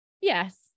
yes